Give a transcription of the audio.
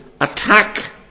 attack